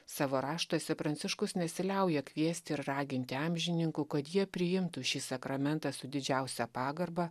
savo raštuose pranciškus nesiliauja kviesti ir raginti amžininkų kad jie priimtų šį sakramentą su didžiausia pagarba